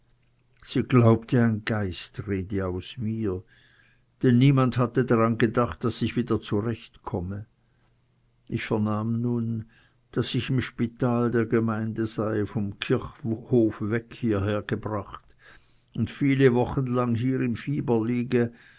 sie glaubte ein geist rede aus mir denn niemand hatte daran gedacht daß ich wieder zurecht komme ich vernahm nun daß ich im spital der gemeinde sei vom kirchhof weg hieher gebracht und viele wochen lang hier im fieber liege